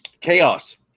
Chaos